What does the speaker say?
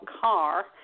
car